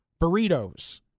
burritos